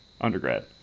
undergrad